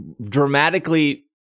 dramatically